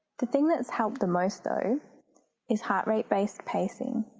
the thing that's helped the most though is heart-rate based pacing.